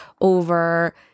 over